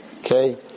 Okay